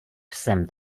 jsem